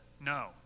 no